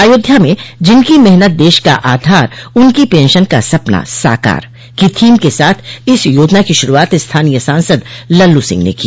अयोध्या में जिनकी मेहनत देश का आधार उनकी पेंशन का सपना साकार की थीम के साथ इस योजना की शूरूआत स्थानीय सांसद लल्लू सिंह ने की